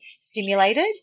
stimulated